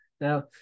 now